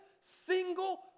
single